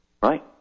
right